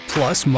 Plus